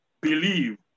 believe